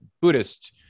Buddhist